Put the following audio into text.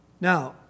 now